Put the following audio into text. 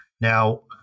Now